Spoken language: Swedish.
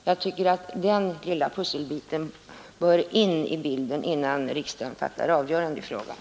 Jag tycker att denna lilla pusselbit bör komplettera bilden innan riksdagen träffar sitt avgörande i frågan.